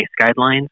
guidelines